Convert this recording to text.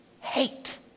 Hate